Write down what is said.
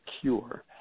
cure